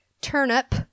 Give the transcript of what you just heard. Turnip